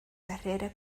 carrera